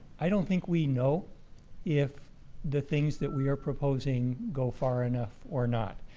i don't think we know if the things that we are proposing go far enough or not.